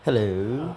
hello